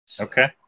Okay